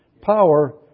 power